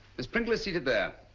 miss pringle is seated there.